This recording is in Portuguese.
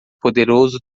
poderoso